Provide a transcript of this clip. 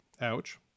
Ouch